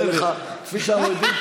כפי שאנו יודעים,